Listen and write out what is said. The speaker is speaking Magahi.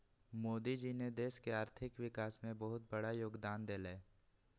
मोदी जी ने देश के आर्थिक विकास में बहुत बड़ा योगदान देलय